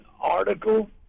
article